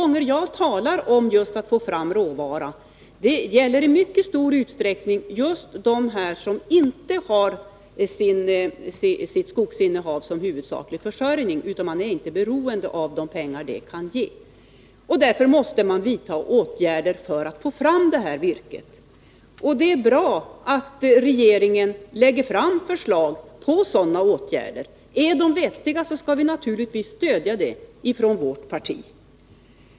När jag talar om svårigheterna att få fram råvara gäller det i mycket stor utsträckning dem som inte har sitt skogsinnehav som huvudsaklig försörjning, personer som inte är beroende av de pengar skogsavverkningen kan ge. Därför måste man vidta åtgärder för att få fram virket. Det är bra att regeringen lägger fram förslag om sådana åtgärder. Är de vettiga, skall vi naturligtvis stödja dem från vårt parti.